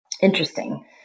interesting